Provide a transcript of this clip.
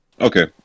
Okay